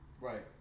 Right